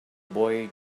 boy